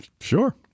sure